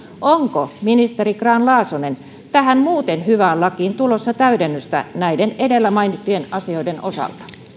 onko ministeri grahn laasonen tähän muuten hyvään lakiin tulossa täydennystä näiden edellä mainittujen asioiden osalta